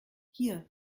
hier